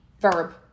verb